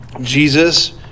Jesus